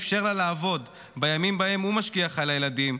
אפשר לה לעבוד בימים שבהם הוא משגיח על הילדים,